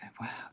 wow